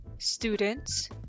students